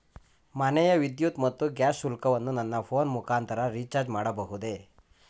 ಮನೆಯ ವಿದ್ಯುತ್ ಮತ್ತು ಗ್ಯಾಸ್ ಶುಲ್ಕವನ್ನು ನನ್ನ ಫೋನ್ ಮುಖಾಂತರ ರಿಚಾರ್ಜ್ ಮಾಡಬಹುದೇ?